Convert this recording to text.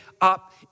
up